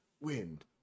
wind